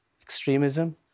extremism